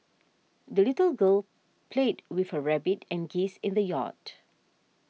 the little girl played with her rabbit and geese in the yard